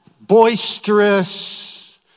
boisterous